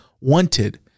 wanted